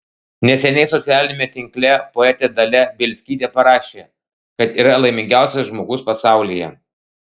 neseniai socialiniame tinkle poetė dalia bielskytė parašė kad yra laimingiausias žmogus pasaulyje